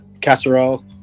Casserole